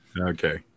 okay